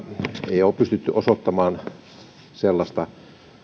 ei ole pystytty osoittamaan sellaista